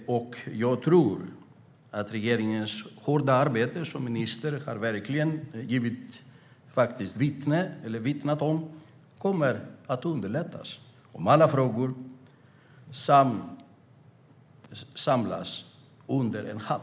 Regeringens hårda arbete, som ministern har vittnat om, kommer att underlättas om alla frågor samlas under en hatt.